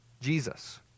Jesus